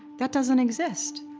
that doesn't exist.